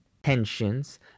Tensions